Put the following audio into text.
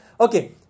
okay